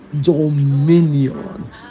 dominion